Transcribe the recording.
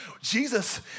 Jesus